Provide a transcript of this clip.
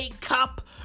Cup